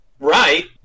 Right